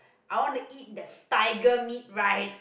I want to eat that tiger meat rice